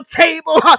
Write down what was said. table